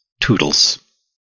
Toodles